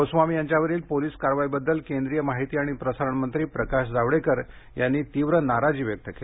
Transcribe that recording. गोस्वामी यांच्यावरील पोलीस कारवाईबद्दल केंद्रीय माहिती आणि प्रसारण मंत्री प्रकाश जावडेकर यांनी तीव्र नाराजी व्यक्त केली